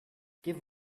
give